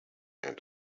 and